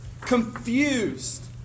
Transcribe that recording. Confused